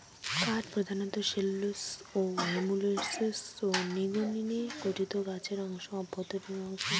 কাঠ প্রধানত cellulose hemicellulose ও লিগনিনে গঠিত গাছের অভ্যন্তরীণ অংশ